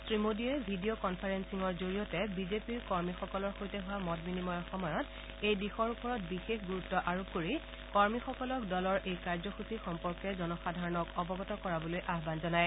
শ্ৰীমোডীয়ে ভিডিঅ' কনফাৰেপিঙৰ জৰিয়তে বিজেপিৰ কৰ্মীসকলৰ সৈতে হোৱা মত বিনিময়ৰ সময়ত এই দিশৰ ওপৰত বিশেষ গুৰুত্ব আৰোপ কৰি কৰ্মীসকলক দলৰ এই কাৰ্যসূচী সম্পৰ্কে জনসাধাৰণক অৱগত কৰাবলৈ আয়ান জনায়